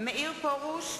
מאיר פרוש,